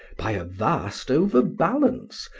by a vast overbalance,